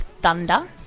thunder